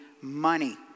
money